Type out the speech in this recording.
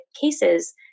cases